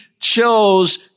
chose